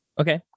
Okay